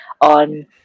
on